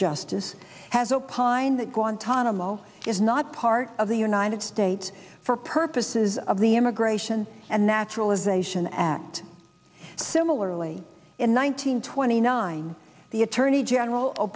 justice has opined that guantanamo is not part of the united states for purposes of the immigration and naturalization act similarly in one nine hundred twenty nine the attorney general